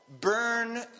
Burn